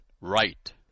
right